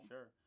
Sure